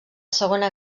segona